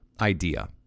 idea